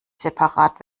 separat